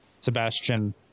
Sebastian